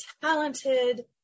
talented